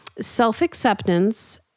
self-acceptance